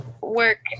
work